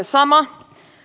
sama